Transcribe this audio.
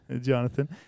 Jonathan